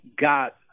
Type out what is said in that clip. got